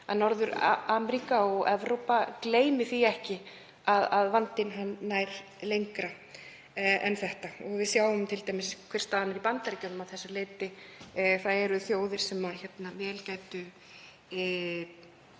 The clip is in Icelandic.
að Norður-Ameríka og Evrópa gleymi því ekki að vandinn nær lengra en þetta. Við sjáum t.d. hver staðan er í Bandaríkjunum að þessu leyti. Það eru þjóðir sem vel gætu